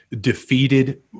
defeated